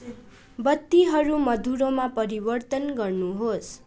बत्तीहरू मधुरोमा परिवर्तन गर्नुहोस्